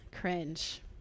cringe